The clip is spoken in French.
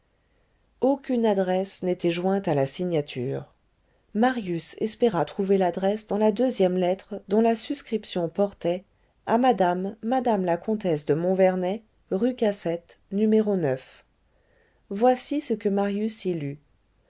aucune adresse n'était jointe à la signature marius espéra trouver l'adresse dans la deuxième lettre dont la suscription portait à madame madame la contesse de montvernet rue cassette no voici ce que marius